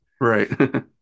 Right